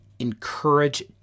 encourage